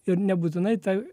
ir nebūtinai ta